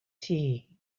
tea